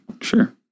Sure